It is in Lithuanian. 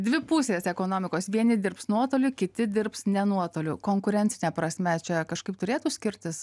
dvi pusės ekonomikos vieni dirbs nuotoliu kiti dirbs ne nuotoliu konkurencine prasme čia kažkaip turėtų skirtis